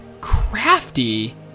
crafty